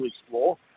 explore